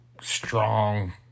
strong